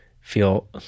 feel